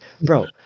bro